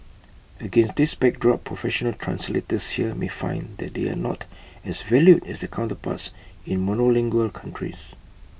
against this backdrop professional translators here may find that they are not as valued as their counterparts in monolingual countries